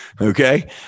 Okay